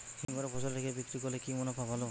হিমঘরে ফসল রেখে বিক্রি করলে কি মুনাফা ভালো?